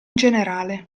generale